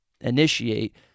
initiate